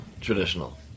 traditional